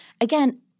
again